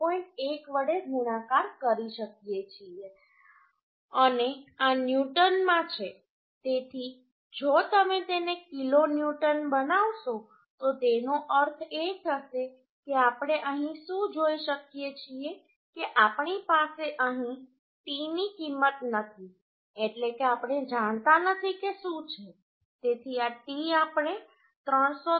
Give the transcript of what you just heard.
1 વડે ગુણાકાર કરી શકીએ છીએ અને આ ન્યુટનમાં છે તેથી જો તમે તેને કિલોન્યુટન બનાવશો તો તેનો અર્થ એ થશે કે આપણે અહીં શું જોઈ શકીએ છીએ કે આપણી પાસે અહીં T ની કિંમત નથી એટલે કે આપણે જાણતા નથી કે શું છે તેથી આ T આપણે 303